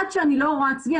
עד שאני לא רואה צבי,